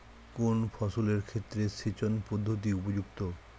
কোন ফসলের ক্ষেত্রে সেচন পদ্ধতি উপযুক্ত?